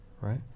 right